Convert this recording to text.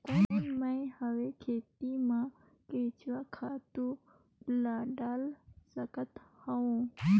कौन मैं हवे खेती मा केचुआ खातु ला डाल सकत हवो?